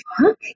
fuck